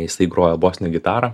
jisai grojo bosine gitara